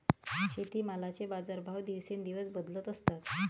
शेतीमालाचे बाजारभाव दिवसेंदिवस बदलत असतात